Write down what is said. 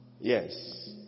Yes